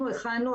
אנחנו הכנו,